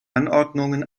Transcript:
anordnungen